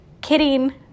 Kidding